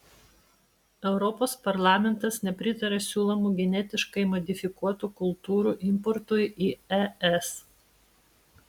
europos parlamentas nepritaria siūlomų genetiškai modifikuotų kultūrų importui į es